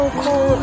cold